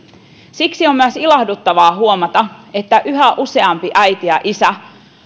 siksi on myös ilahduttavaa huomata että yhä useampi äiti ja isä